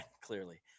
clearly